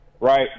right